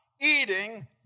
eating